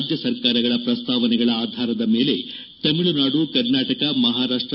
ರಾಜ್ ಸರ್ಕಾರಗಳ ಪ್ರಸ್ತಾವನೆಗಳ ಆಧಾರದ ಮೇಲೆ ತಮಿಳುನಾಡು ಕರ್ನಾಟಕ ಮಹಾರಾಷ್ಲ